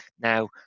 now